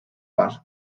parts